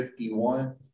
51